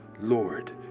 Lord